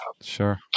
Sure